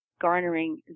garnering